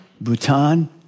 Bhutan